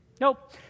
Nope